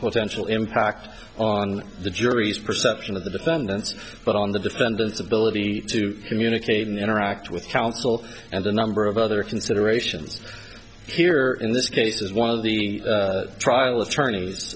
potential impact on the jury's perception of the defendants but on the defendant's ability to communicate and interact with counsel and a number of other considerations here in this case as one of the trial attorneys